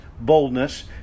boldness